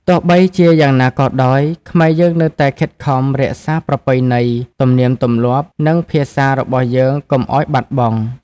ទោះបីជាយ៉ាងណាក៏ដោយ ខ្មែរយើងនៅតែខិតខំរក្សាប្រពៃណី ទំនៀមទម្លាប់ និងភាសារបស់យើងកុំឱ្យបាត់បង់។